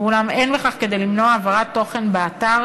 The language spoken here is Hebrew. אולם אין בכך כדי למנוע העברת תוכן באתר